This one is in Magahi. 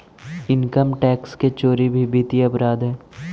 इनकम टैक्स के चोरी भी वित्तीय अपराध हइ